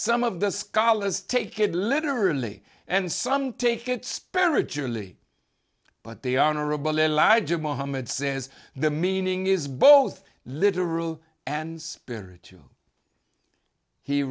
some of the scholars take it literally and some take it spiritually but the honorable elijah muhammad says the meaning is both literal and spirit to he